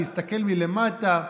להסתכל מלמטה,